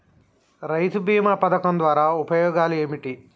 రైతు బీమా పథకం ద్వారా ఉపయోగాలు ఏమిటి?